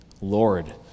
Lord